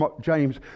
James